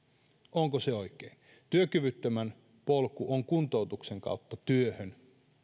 onko se oikein työkyvyttömän polku on kuntoutuksen kautta työhön